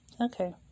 Okay